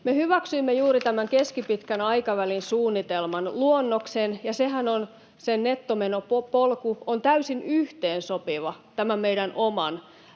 Me hyväksyimme juuri tämän keskipitkän aikavälin suunnitelman luonnoksen, ja sen nettomenopolkuhan on täysin yhteensopiva tämän meidän oman